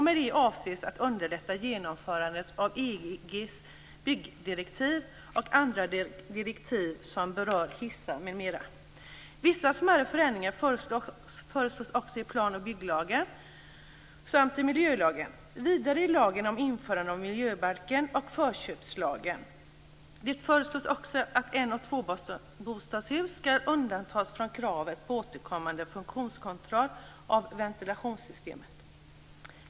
Med det avses att underlätta genomförandet av EG:s byggdirektiv och andra direktiv som berör hissar m.m. Vissa smärre förändringar föreslås också i plan och bygglagen samt i miljölagen, vidare i lagen om införande av miljöbalken och förköpslagen. Det föreslås också att en och tvåbostadshus skall undantas från kravet på återkommande funktionskontroll av ventilationssystemet.